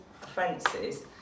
fences